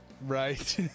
right